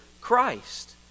Christ